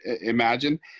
imagine